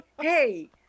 hey